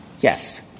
Yes